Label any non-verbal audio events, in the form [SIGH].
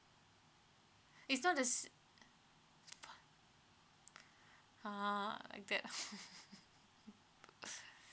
it's not the s~ ah like that [LAUGHS]